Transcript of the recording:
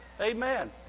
Amen